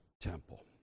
Temple